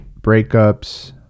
breakups